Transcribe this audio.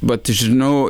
bet žinau